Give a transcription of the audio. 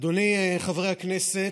אדוני, חברי הכנסת,